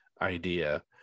idea